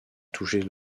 toucher